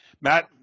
Matt